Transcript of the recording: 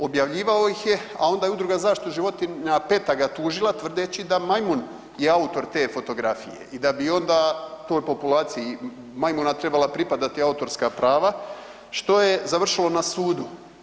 Objavljivao ih je, a onda je Udruga za zaštitu životinja PET-a ga je tužila tvrdeći da majmun je autor te fotografije i da bi onda toj populaciji majmuna trebala pripadati autorska prava što je završilo na sudu.